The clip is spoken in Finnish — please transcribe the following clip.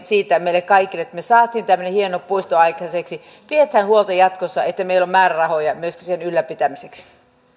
siitä meille kaikille että me saimme tämmöisen hienon puiston aikaiseksi pidetään huolta jatkossa että meillä on määrärahoja myöskin sen ylläpitämiseksi